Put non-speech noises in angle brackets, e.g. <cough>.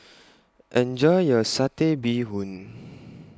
Enjoy your Satay Bee Hoon <noise>